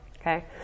okay